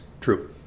true